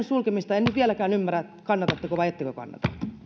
sulkemista enkä nyt vieläkään ymmärrä kannatatteko vai ettekö kannata